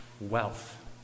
wealth